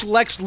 Lex